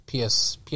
PS